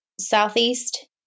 Southeast